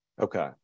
Okay